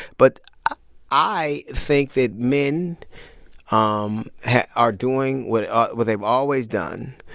but i think that men um are doing what ah what they've always done,